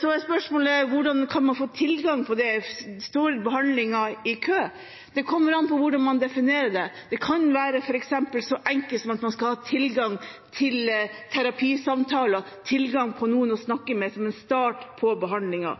Så er spørsmålet: Hvordan kan man få tilgang på det? Står behandlingen i kø? Det kommer an på hvordan man definerer det. Det kan f.eks. være så enkelt som at man skal ha tilgang til terapisamtaler, tilgang på noen å snakke med som en start på